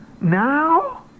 now